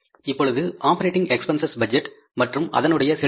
இப்பொழுது operating expenses budget மற்றும் அதனுடைய செலுத்துதல்